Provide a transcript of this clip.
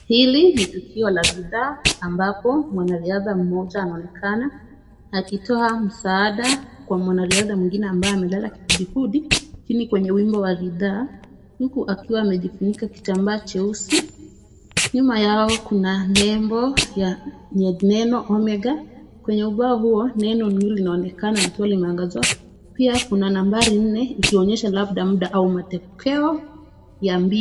Hili ni tukio la bidhaa ambapo mwanariadha mmoja anaonekana akitoa msaada kwa mwanariadha mwingine ambaye amelala kifudifudi. Chini kwenye wimbo wa bidhaa huku akiwa amejifunika kitambaa cheusi. Nyuma yao kuna nembo ya neno "Omega" kwenye ubao huo neno hili linaonekana likiwa limengazwa. Pia, kuna namba nne ikionyesha labda muda au matokeo ya mbio.